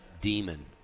demon